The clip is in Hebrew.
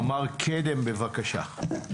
ממ"ר קדם, בבקשה.